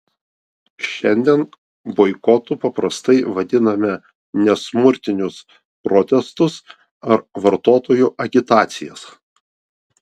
šiandien boikotu paprastai vadiname nesmurtinius protestus ar vartotojų agitacijas